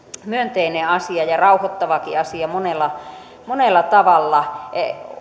myönteinen asia ja rauhoittavakin asia monella monella tavalla